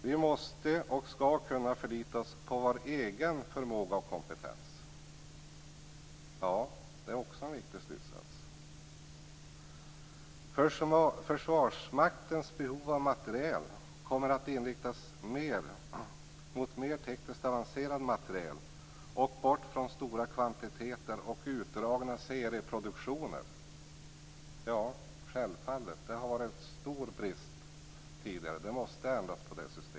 Vi måste och skall kunna förlita oss på vår egen förmåga och kompetens. - Ja, det är också en viktig slutsats. - Försvarsmaktens behov av materiel kommer att inriktas mot mer tekniskt avancerad materiel och bort från stora kvantiteter och utdragna serieproduktioner. - Ja, självfallet. Det har varit en stor brist tidigare. Det systemet måste ändras.